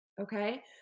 okay